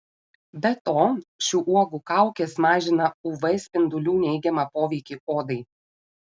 be to šių uogų kaukės mažina uv spindulių neigiamą poveikį odai